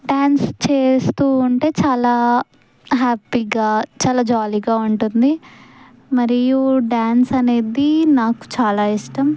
dance చేస్తూ ఉంటే చాలా హ్యాపీగా చాలా జాలీగా ఉంటుంది మరియు డ్యాన్స్ అనేది నాకు చాలా ఇష్టం